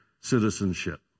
citizenship